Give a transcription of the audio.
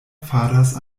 faras